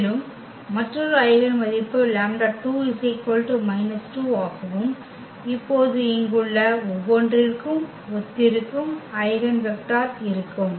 மேலும் மற்றொரு ஐகென் மதிப்பு λ2 −2 ஆகவும் இப்போது இங்குள்ள ஒவ்வொன்றிற்கும் ஒத்திருக்கும் ஐகென் வெக்டர் இருக்கும்